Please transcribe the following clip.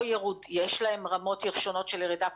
יש להם רמות שונות של ירידה קוגניטיבית,